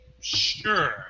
sure